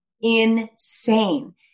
Insane